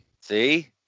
See